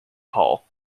paul